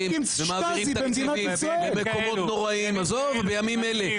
ומעבירים תקציבים למקומות נוראיים בימים אלה.